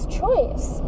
choice